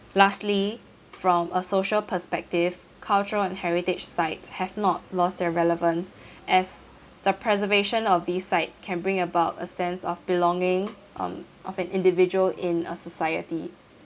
lastly from a social perspective cultural and heritage sites have not lost their relevance as the preservation of these sites can bring about a sense of belonging um of an individual in a society